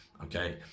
Okay